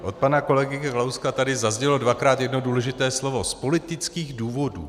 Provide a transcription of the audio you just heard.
Od pana kolegy Kalouska tady zaznělo dvakrát jedno důležité slovo z politických důvodů.